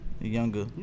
younger